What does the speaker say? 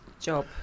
job